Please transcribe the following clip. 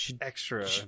extra